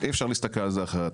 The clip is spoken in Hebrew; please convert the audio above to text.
אי אפשר להסתכל על זה אחרת.